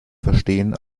verstehen